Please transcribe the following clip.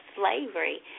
slavery